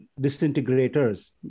disintegrators